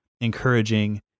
encouraging